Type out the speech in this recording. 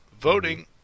Voting